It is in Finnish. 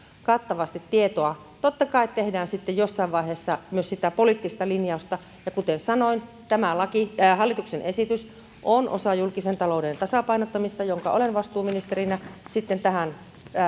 kattavasti tietoa totta kai tehdään sitten jossain vaiheessa myös sitä poliittista linjausta ja kuten sanoin tämä hallituksen esitys on osa julkisen talouden tasapainottamista jonka olen vastuuministerinä tähän